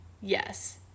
Yes